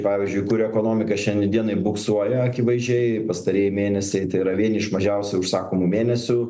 pavyzdžiui kur ekonomika šiandien dienai buksuoja akivaizdžiai pastarieji mėnesiai tai yra vieni iš mažiausiai užsakomų mėnesių